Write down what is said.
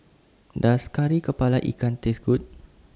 Does Kari Kepala Ikan Taste Good